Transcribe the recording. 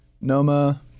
Noma